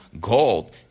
gold